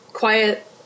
Quiet